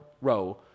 row